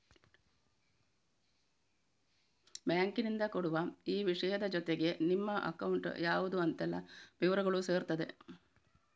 ಬ್ಯಾಂಕಿನಿಂದ ಕೊಡುವ ಈ ವಿಷಯದ ಜೊತೆಗೆ ನಿಮ್ಮ ಅಕೌಂಟ್ ಯಾವ್ದು ಅಂತೆಲ್ಲ ವಿವರಗಳೂ ಸೇರಿರ್ತದೆ